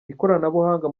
ikoranabuhanga